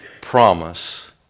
promise